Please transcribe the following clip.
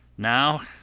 now,